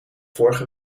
vorige